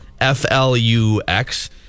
F-L-U-X